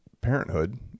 parenthood